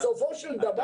בסופו של דבר,